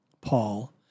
Paul